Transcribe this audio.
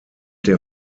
der